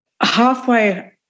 halfway